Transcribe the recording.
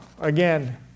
again